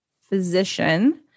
physician